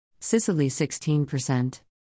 Sicily-16%